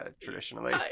traditionally